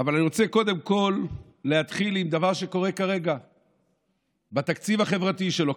אבל אני רוצה קודם כול להתחיל עם דבר שקורה כרגע בתקציב החברתי שלו,